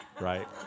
right